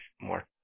more